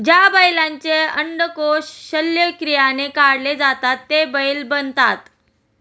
ज्या बैलांचे अंडकोष शल्यक्रियाने काढले जातात ते बैल बनतात